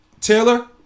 Taylor